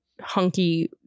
hunky